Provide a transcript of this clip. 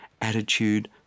attitude